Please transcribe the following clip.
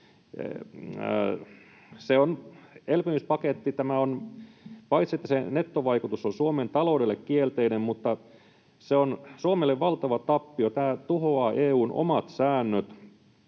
että elpymispaketin nettovaikutus on Suomen taloudelle kielteinen, se on Suomelle valtava tappio. Tämä tuhoaa EU:n omat säännöt,